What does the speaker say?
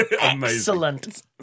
excellent